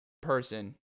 person